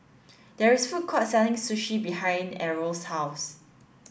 there is a food court selling Sushi behind Errol's house